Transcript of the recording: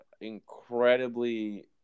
incredibly